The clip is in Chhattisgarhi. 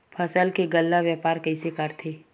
फसल के गल्ला व्यापार कइसे करथे?